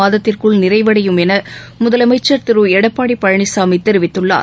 மாதத்திற்குள் நிறைவடையும் என முதலமைச்சர் திரு எடப்பாடி பழனிசாமி தெரிவித்துள்ளார்